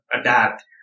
adapt